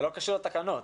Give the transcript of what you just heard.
זה לא קשור לתקנות.